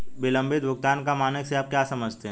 विलंबित भुगतान का मानक से आप क्या समझते हैं?